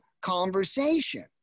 conversation